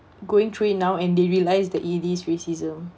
going through it now and they realise that it is racism